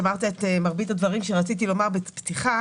אמרת את מרבית הדברים שרציתי לומר בפתיחה.